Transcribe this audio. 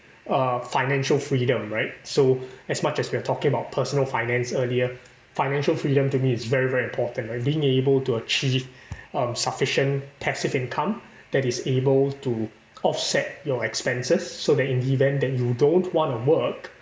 uh financial freedom right so as much as we're talking about personal finance earlier financial freedom to me is very very important being able to achieve um sufficient passive income that is able to offset your expenses so that in the event that you don't want to work